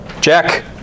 Jack